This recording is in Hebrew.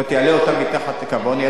כלומר יעלה אותן מעל קו העוני,